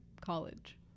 college